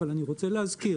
אבל אני רוצה להזכיר